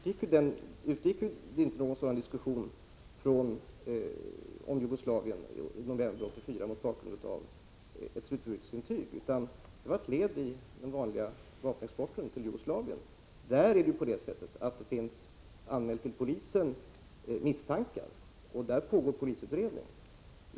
Herr talman! Som jag sade var det inte någon sådan diskussion om slutförbrukningsintyg från Jugoslavien november 1984, utan det hela var ett led i den vanliga vapenexporten till Jugoslavien. Där har misstankar anmälts till polisen, och en polisutredning pågår.